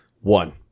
One